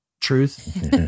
truth